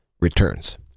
returns